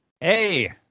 Hey